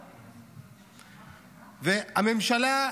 והממשלה,